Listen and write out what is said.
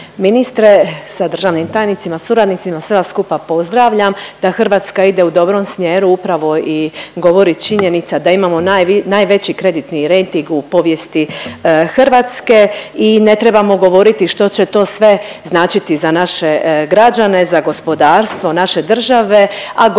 ministre sa državnim tajnicima, suradnicima sve vas skupa pozdravljam, da Hrvatska ide u dobrom smjeru upravo i govori činjenica da imamo najveći kreditni rejting u povijesti Hrvatske. I ne trebamo govoriti što će to sve značiti za naše građane, za gospodarstvo, za naše države, a govori